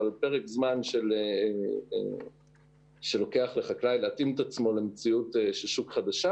אבל פרק זמן שלוקח לחקלאי להתאים את עצמו למציאות שוק חדשה